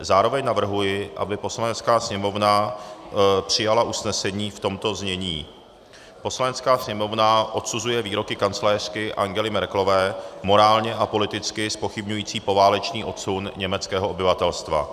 Zároveň navrhuji, aby Poslanecká sněmovna přijala usnesení v tomto znění: Poslanecká sněmovna odsuzuje výroky kancléřky Angely Merkelové morálně a politicky zpochybňující poválečný odsun německého obyvatelstva.